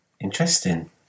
Interesting